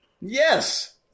Yes